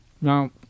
Now